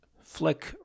flick